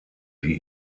sie